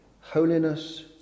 holiness